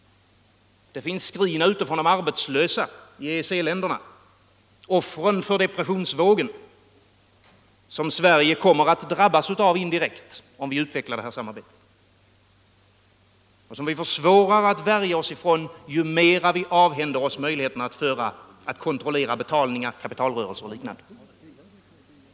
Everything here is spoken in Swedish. Det finns skrina från de arbetslösa i EEC-länderna, offren för den depressionsvåg som Sverige kommer att drabbas av indirekt, om vi utvecklar det här samarbetet och som vi får svårare att värja oss mot ju mer vi avhänder oss höjligheterna att kontrollera kapitalrörelser och liknande.